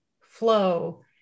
flow